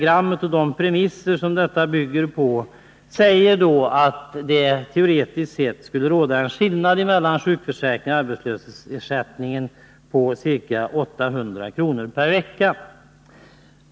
Enligt de premisser som det här stapeldiagrammet bygger på skulle skillnaden mellan sjukförsäkringen och arbetslöshetsförsäkringen teoretiskt sett motsvaras av ca 800 kr. per vecka.